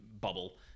bubble